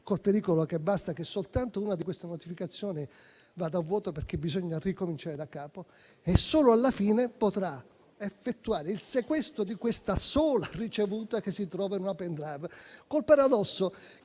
col pericolo che basta che soltanto una di queste notificazioni vada a vuoto perché occorra ricominciare da capo. Solo alla fine potrà effettuare il sequestro di questa sola ricevuta che si trova in un *pendrive*, col paradosso